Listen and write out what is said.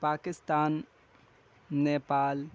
Pakistan Nepal